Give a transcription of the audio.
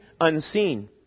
unseen